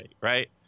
right